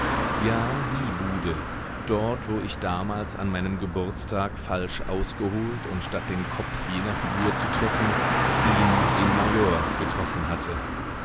ja die bude dort wo ich damals an meinem geburtstag falsch ausgeholt und statt den kopf jener figur zu treffen ihn den major getroffen hatte